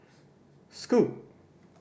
scoot